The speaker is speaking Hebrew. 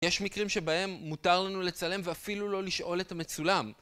יש מקרים שבהם מותר לנו לצלם ואפילו לא לשאול את המצולם.